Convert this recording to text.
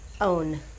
own